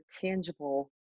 tangible